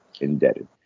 indebted